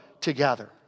together